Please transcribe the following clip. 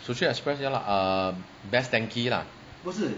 Sushi Express ya lah uh Best Denki lah